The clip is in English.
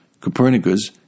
Copernicus